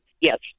Yes